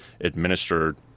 administered